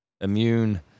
immune